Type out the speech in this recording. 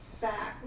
back